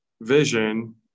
vision